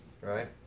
Right